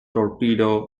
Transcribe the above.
torpedo